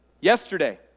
Yesterday